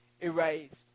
erased